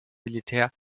militär